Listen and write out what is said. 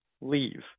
leave